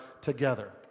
together